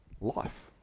Life